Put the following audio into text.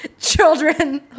Children